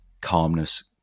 calmness